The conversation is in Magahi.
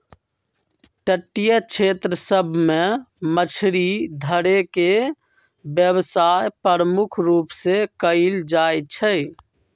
तटीय क्षेत्र सभ में मछरी धरे के व्यवसाय प्रमुख रूप से कएल जाइ छइ